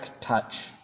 touch